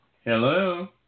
Hello